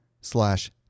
slash